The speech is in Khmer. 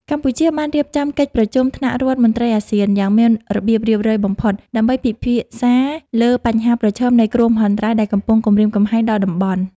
កម្ពុជាបានរៀបចំកិច្ចប្រជុំថ្នាក់រដ្ឋមន្ត្រីអាស៊ាន យ៉ាងមានរបៀបរៀបរយបំផុត ដើម្បីពិភាក្សាលើបញ្ហាប្រឈមនៃគ្រោះមហន្តរាយដែលកំពុងគំរាមកំហែងដល់តំបន់។